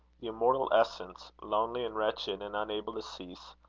the immortal essence, lonely and wretched and unable to cease,